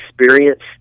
experience